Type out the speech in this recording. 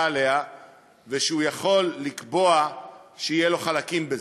עליה ושהוא יכול לקבוע שיהיו לו חלקים בזה.